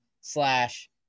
slash